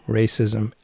racism